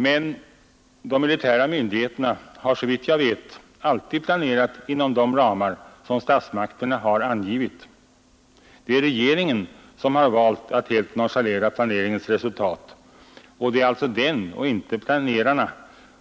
Men de militära myndigheterna har såvitt jag vet alltid planerat inom de ramar som statsmakterna har angivit. Det är regeringen som har valt att helt nonchalera planeringens resultat. Det är alltså den och inte planerarna